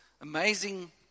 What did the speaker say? amazing